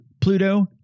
Pluto